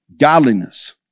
godliness